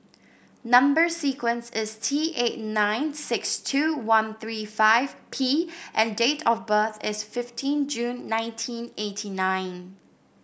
number sequence is T eight nine six two one three five P and date of birth is fifteen June nineteen eighty nine